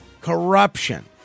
corruption